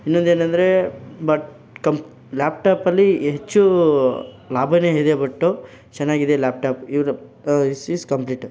ಇನ್ನೊಂದು ಏನಂದರೆ but come ಲ್ಯಾಪ್ಟಾಪಲ್ಲಿ ಹೆಚ್ಚು ಲಾಭಾನೇ ಇದೆ ಬಟ್ಟು ಚೆನ್ನಾಗಿದೆ ಲ್ಯಾಪ್ಟಾಪ್ ಇವರು ಹಿಸ್ ಇಸ್ ಕಂಪ್ಲೀಟೆಡ್